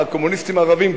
הקומוניסטים הערבים,